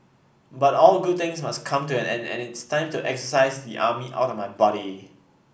but all good things must come to an end and it's time to exorcise the army outta my body